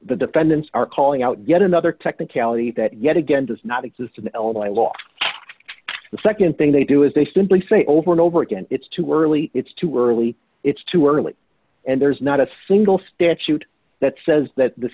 the defendants are calling out yet another technicality that yet again does not exist in the illinois law the nd thing they do is they simply say over and over again it's too early it's too early it's too early and there's not a single statute that says that this